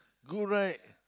good right